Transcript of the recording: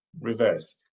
reversed